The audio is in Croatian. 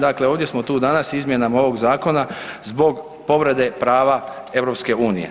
Dakle, ovdje smo tu danas izmjenama ovog zakona zbog povrede prava EU.